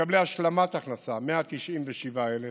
מקבלי השלמת הכנסה, 197,000,